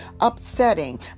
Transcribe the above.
upsetting